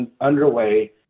underway